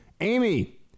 Amy